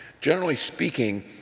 generally speaking,